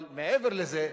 אבל מעבר לזה,